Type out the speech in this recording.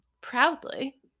proudly